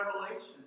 Revelation